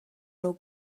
nhw